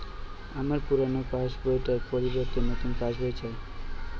আমার পুরানো passbook টার পরিবর্তে নতুন পাশ বই চাই